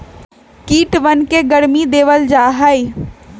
कीटवन के गर्मी देवल जाहई